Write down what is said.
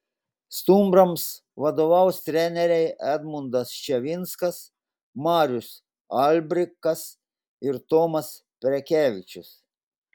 stumbrams vadovaus treneriai edmundas ščiavinskas marius albrikas ir tomas prekevičius